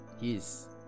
yes